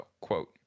Quote